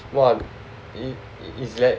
!wah! it is lag